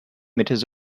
meters